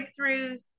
breakthroughs